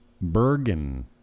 bergen